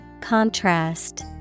Contrast